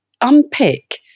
unpick